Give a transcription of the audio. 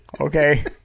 Okay